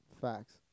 Facts